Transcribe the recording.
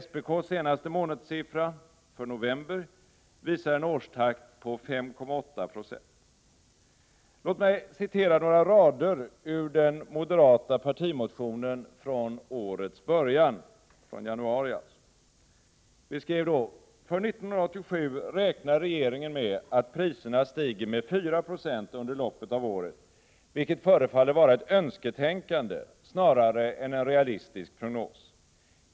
SPK:s senaste månadssiffra för november visar en årstakt på 5,8 96. Låt mig citera — Prot. 1987/88:47 några rader ur den moderata partimotionen från årets början, från januari: 17 december 1987 ”För 1987 räknar regeringen med att priserna stiger med4 96 under loppet av — Tran ston sr op året, vilket förefaller vara ett önsketänkande snarare än en realistisk prognos.